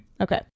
Okay